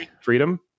Freedom